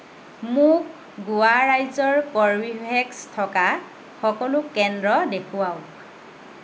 মোক গোৱা ৰাজ্যৰ কৰ্বীভেক্স থকা সকলো কেন্দ্ৰ দেখুৱাওক